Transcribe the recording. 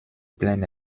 plein